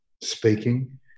speaking